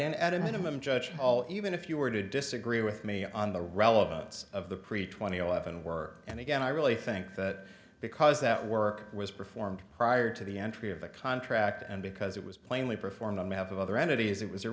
a minimum judge all even if you were to disagree with me on the relevance of the pre twenty eleven were and again i really think that because that work was performed prior to the entry of the contract and because it was plainly performed on behalf of other entities it was